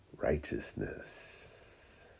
righteousness